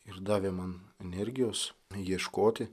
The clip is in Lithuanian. ir davė man energijos ieškoti